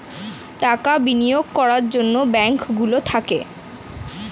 টাকা বিনিয়োগ করার জন্যে ব্যাঙ্ক গুলো থাকে